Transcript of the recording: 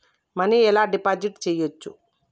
Money ఎలా deposit చేయచ్చు?